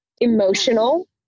emotional